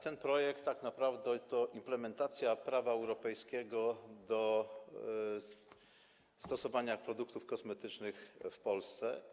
Ten projekt tak naprawdę to implementacja prawa europejskiego w zakresie stosowania produktów kosmetycznych w Polsce.